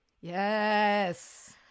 yes